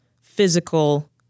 physical